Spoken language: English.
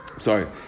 sorry